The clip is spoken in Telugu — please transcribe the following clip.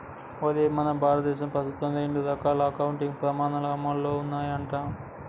ఒరేయ్ మన భారతదేశంలో ప్రస్తుతం రెండు రకాల అకౌంటింగ్ పమాణాలు అమల్లో ఉన్నాయంట